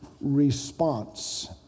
response